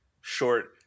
short